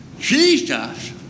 Jesus